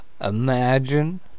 imagine